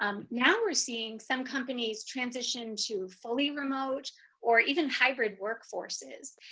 um now we're seeing some companies transition to fully remote or even hybrid workforces.